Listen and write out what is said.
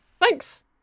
Thanks